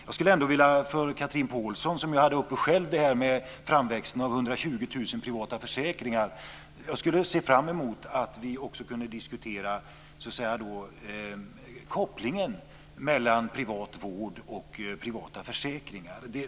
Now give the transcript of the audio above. Jag skulle ändå se fram emot att med Chatrine Pålsson, som själv tog upp framväxten av 120 000 privata försäkringar, diskutera kopplingen mellan privat vård och privata försäkringar.